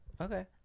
Okay